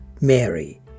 Mary